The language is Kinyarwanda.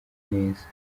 neza